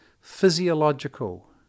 physiological